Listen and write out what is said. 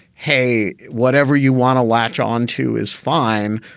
hey, whatever you want to latch onto is fine.